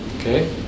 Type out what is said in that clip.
Okay